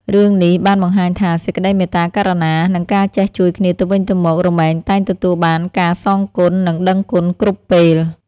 រឿងនេះបានបង្ហាញថា សេចក្តីមេត្តាករុណា និង ការចេះជួយគ្នាទៅវិញទៅមក រមែងតែងទទួលបានការសងគុណនិងដឹងគុណគ្រប់ពេល។